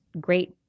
great